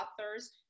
authors